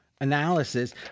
analysis